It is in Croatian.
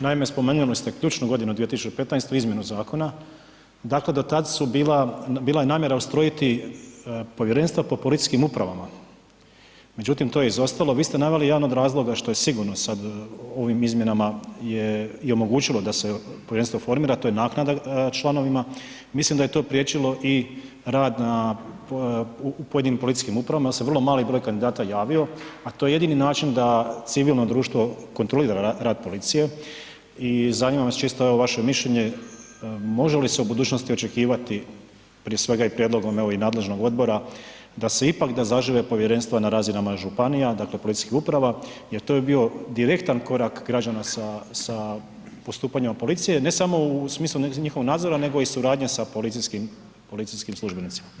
Naime, spomenuli ste ključnu godinu 2015., izmjenu zakona, dakle do tad su bila, bila je namjera ustrojiti povjerenstvo po policijskim upravama, međutim to je izostalo, vi ste naveli jedan od razloga što je sigurno sad u ovim izmjenama je omogućilo da se povjerenstvo oformira, to je naknada članovima, mislim da je to priječilo i rad u pojedinim policijskim upravama jer se vrlo mali broj kandidata javio a to je jedini način da civilno društvo kontrolira rad policije i zanima me čisto evo vaše mišljenje, može li se u budućnosti očekivati prije svega i prijedlogom evo i nadležnog odbora, da se ipak da zažive povjerenstva na razinama županija, dakle policijskih uprava jer to bi bio direktan korak građana sa postupanjima policije ne samo u smislu u njihovom nadzoru nego i suradnji sa policijskim službenicima?